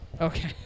Okay